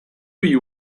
you